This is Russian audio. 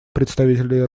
представителя